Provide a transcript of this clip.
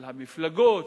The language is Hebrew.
של המפלגות,